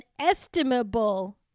estimable